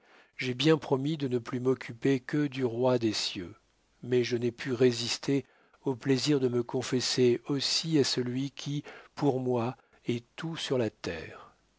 j'ai bien promis de ne plus m'occuper que du roi des cieux mais je n'ai pu résister au plaisir de me confesser aussi à celui qui pour moi est tout sur la terre